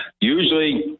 usually